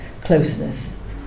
closeness